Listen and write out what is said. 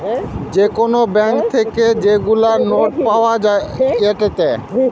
যে কোন ব্যাঙ্ক থেকে যেগুলা নোট পাওয়া যায়েটে